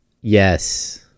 yes